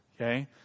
Okay